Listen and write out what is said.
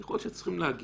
יכול להיות שצריכים להגיד.